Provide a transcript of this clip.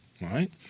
Right